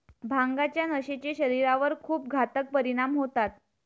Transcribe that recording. भांगाच्या नशेचे शरीरावर खूप घातक परिणाम होतात